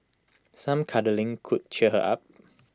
some cuddling could cheer her up